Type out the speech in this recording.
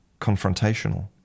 confrontational